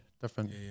different